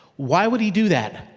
why would he do that?